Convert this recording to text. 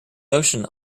notion